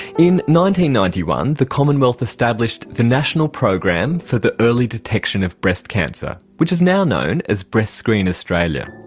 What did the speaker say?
in ninety ninety one the commonwealth established the national program for the early detection of breast cancer, which is now known as breastscreen australia.